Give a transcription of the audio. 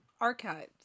archives